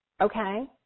okay